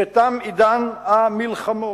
שתם עידן המלחמות,